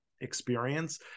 experience